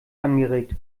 angeregt